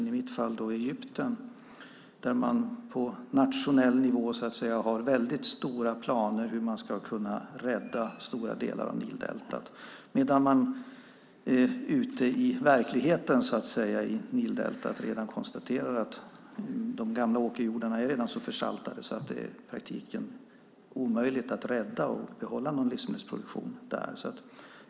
I mitt fall gäller det Egypten, där man på nationell nivå har väldigt stora planer för hur man ska kunna rädda stora delar av Nildeltat, medan man ute i verkligheten, så att säga, i Nildeltat konstaterar att de gamla åkerjordarna redan är så försaltade att det i praktiken är omöjligt att rädda och behålla någon livsmedelsproduktion där.